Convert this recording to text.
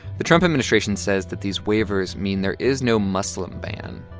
the trump administration says that these waivers mean there is no muslim ban.